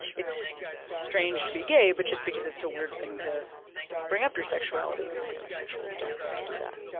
it's strange to be gay but just because it's a weird thing to bring up your sexuality. heterosexuals don't have to do that.